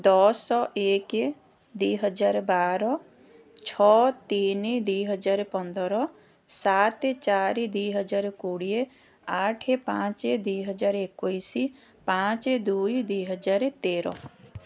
ଦଶ ଏକ ଦୁଇ ହଜାର ବାର ଛଅ ତିନି ଦୁଇ ହଜାର ପନ୍ଦର ସାତ ଚାରି ଦୁଇ ହଜାର କୋଡ଼ିଏ ଆଠ ପାଞ୍ଚ ଦୁଇ ହଜାର ଏକୋଇଶି ପାଞ୍ଚ ଦୁଇ ଦୁଇ ହଜାର ତେର